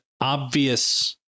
obvious